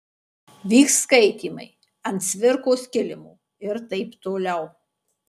vyks skaitymai ant cvirkos kilimo ir taip toliau